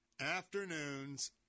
afternoons